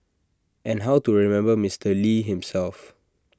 and how to remember Mister lee himself